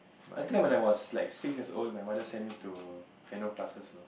last time when I was like six years old my mother sent me to piano classes